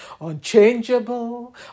unchangeable